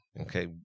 Okay